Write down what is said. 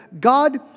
God